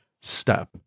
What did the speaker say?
step